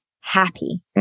happy